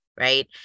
right